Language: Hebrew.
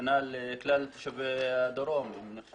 כנ"ל כלל תושבי הדרום כאשר